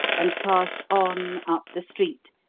and passed on, up the street,